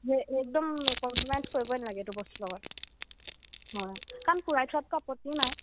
একদম কম্প্ৰমাইজ কৰিবই নালাগে এইটো বস্তুৰ লগত অঁ কাৰণ পূৰাই থোৱাতটো আপত্তি নাই